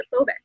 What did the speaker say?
claustrophobic